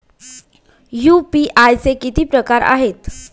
UPI चे किती प्रकार आहेत?